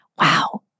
Wow